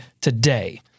today